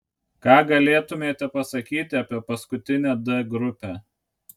ką galėtumėte pasakyti apie paskutinę d grupę